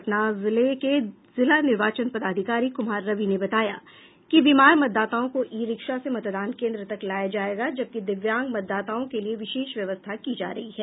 पटना जिले के जिला निर्वाचन पदाधिकारी कुमार रवि ने बताया कि बीमार मतदाताओं को ई रिक्शा से मतदान केन्द्र तक लाया जायेगा जबकि दिव्यांग मतदाताओं के लिए विशेष व्यवस्था की जा रही है